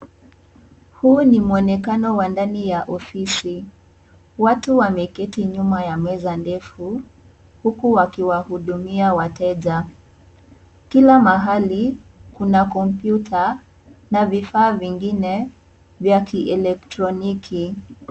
Huu ni mwonekano wa ndani ya ofisi. Watu wameketi nyuma ya meza ndefu huku wakiwahudumia wateja. Kila mahali kuna kompyuta na vifaa vingine vya kielektroniki.